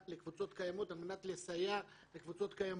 לקבוצות קיימות על מנת לסייע לקבוצות קיימות.